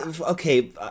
Okay